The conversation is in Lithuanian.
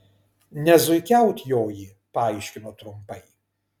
ne zuikiaut joji paaiškino trumpai